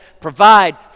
provide